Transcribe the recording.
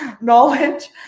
knowledge